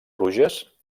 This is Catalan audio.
pluges